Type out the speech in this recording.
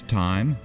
time